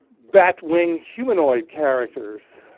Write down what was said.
bat wing humanoid characters.